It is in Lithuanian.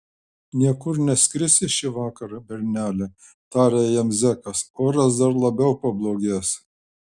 niekur neskrisi šįvakar berneli tarė jam zekas oras dar labiau pablogės